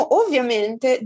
ovviamente